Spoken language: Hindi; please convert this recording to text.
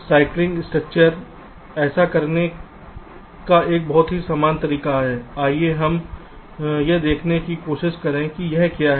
स्लाइसिंग स्ट्रक्चर ऐसा करने का एक बहुत ही सामान्य तरीका है आइए हम यह देखने की कोशिश करें कि यह क्या है